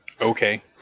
okay